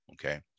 Okay